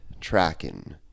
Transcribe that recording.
tracking